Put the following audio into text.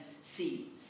see